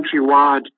countrywide